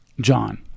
John